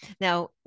Now